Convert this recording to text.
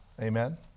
Amen